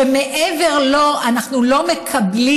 שמעבר לו אנחנו לא מקבלים,